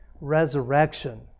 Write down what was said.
resurrection